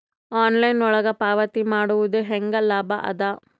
Online ಒಳಗ ಪಾವತಿ ಮಾಡುದು ಹ್ಯಾಂಗ ಲಾಭ ಆದ?